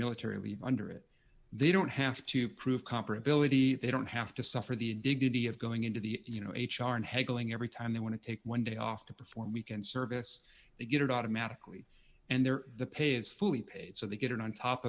military leave under it they don't have to prove comparability they don't have to suffer the indignity of going into the you know h r in heckling every time they want to take one day off to perform weekend service they get automatically and their the pay is fully paid so they get on top